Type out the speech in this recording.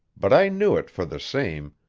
but i knew it for the same,